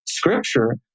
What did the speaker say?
scripture